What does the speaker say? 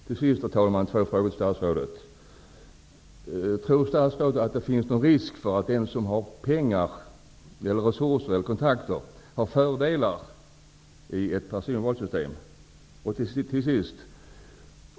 Till sist, herr talman, två frågor till statsrådet: Tror statsrådet att det finns någon risk för att den som har pengar, resurser eller kontakter har fördelar i ett personvalssystem?